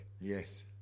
yes